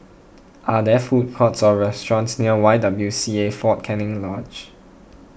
are there food courts or restaurants near Y W C A fort Canning Lodge